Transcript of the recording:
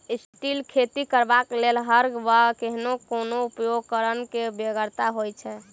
strip till खेती करबाक लेल हर वा एहने कोनो उपकरणक बेगरता होइत छै